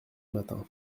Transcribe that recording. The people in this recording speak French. matin